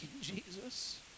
Jesus